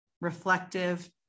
reflective